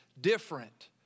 different